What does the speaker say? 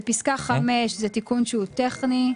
בפסקה (5) זה תיקון שהוא טכני.